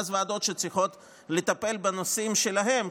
ואז יש ועדות שצריכות לטפל בנושאים שלהם.